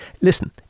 Listen